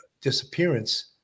disappearance